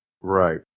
Right